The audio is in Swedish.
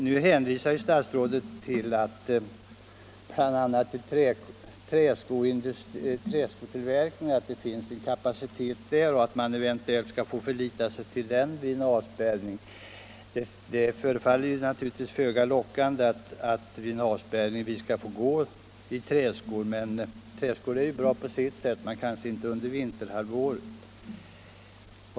Nu hänvisar statsrådet bl.a. till att det finns en kapacitet inom träskotillverkningen, som man skulle kunna förlita sig på vid en avspärrning. Det förefaller naturligtvis föga lockande att vi vid en avspärrning skall få gå i träskor. Sådana är bra på sitt sätt men kanske inte så lämpliga under vinterhalvåret.